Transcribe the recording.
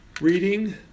Reading